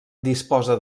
disposa